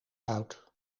oud